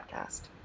podcast